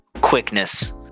quickness